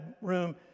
room